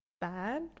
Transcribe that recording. bad